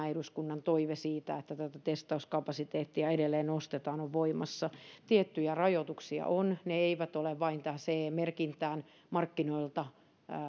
eduskunnan toive siitä että testauskapasiteettia edelleen nostetaan on voimassa tiettyjä rajoituksia on ne eivät ole vain tähän ce merkintään vielä markkinoilta